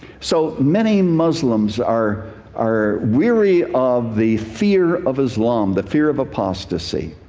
so many muslims are are weary of the fear of islam, the fear of apostasy.